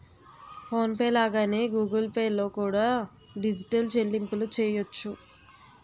phone pay లాగానే Google pay లో కూడా డిజిటల్ చెల్లింపులు చెయ్యొచ్చు